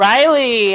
Riley